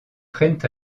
prennent